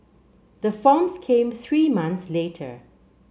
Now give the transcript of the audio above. the forms came three months later